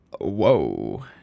whoa